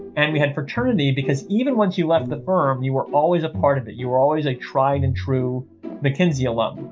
and we had fraternity because even once you left the firm, you were always a part of it. you were always a tried and true mckinsey club.